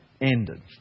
ended